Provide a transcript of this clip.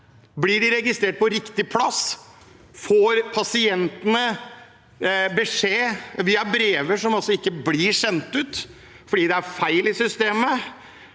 systemet, registrert på riktig plass? Får pasientene beskjed? Det er brev som ikke blir sendt ut fordi det er feil i systemet.